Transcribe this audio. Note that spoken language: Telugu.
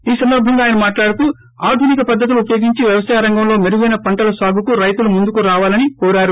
ఈ సందర్భంగా ఆయన మాట్లాడుతూ ఆధునిక పద్దతులు ఉపయోగించి వ్యవసాయ రంగంలో మెరుగైన పంటల సాగుకు రైతులు ముందుకు రావాలని కోరారు